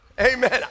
Amen